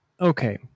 okay